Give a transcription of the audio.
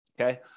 Okay